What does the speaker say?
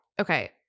Okay